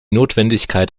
notwendigkeit